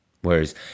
Whereas